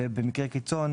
ובמקרי קיצון,